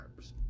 carbs